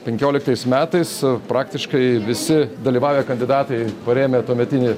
penkioliktais metais praktiškai visi dalyvavę kandidatai parėmę tuometinį